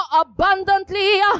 abundantly